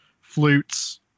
flutes